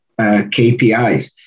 KPIs